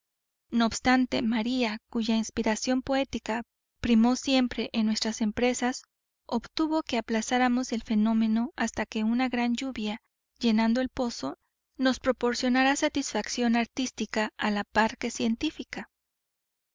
no obstante maría cuya inspiración poética primó siempre en nuestras empresas obtuvo que aplazáramos el fenómeno hasta que una gran lluvia llenando el pozo nos proporcionara satisfacción artística a la par que científica